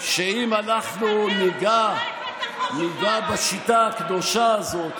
שאם אנחנו ניגע בשיטה הקדושה הזו,